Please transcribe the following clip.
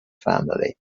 family